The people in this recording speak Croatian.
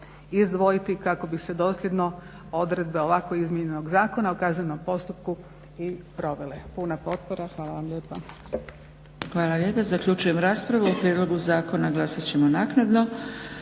izdvojiti kako bi se dosljedno odredbe ovako izmijenjenog Zakona o kaznenom postupku i provele. Puna potpora. Hvala vam lijepa. **Zgrebec, Dragica (SDP)** Hvala lijepa. Zaključujem raspravu. O prijedlogu zakona glasat ćemo naknadno.